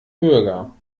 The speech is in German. bürger